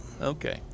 Okay